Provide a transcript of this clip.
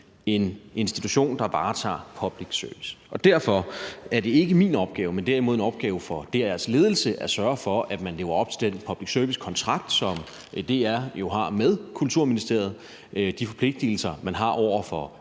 en institution, der varetager public service. Derfor er det ikke min opgave, men derimod en opgave for DR's ledelse at sørge for, at man lever op til den public service-kontrakt, som DR har med Kulturministeriet, de forpligtigelser, man har over for